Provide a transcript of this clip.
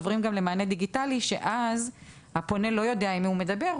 עוברים גם למענה דיגיטלי שאז הפונה לא יודע עם מי הוא מדבר,